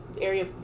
area